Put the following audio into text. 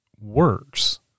works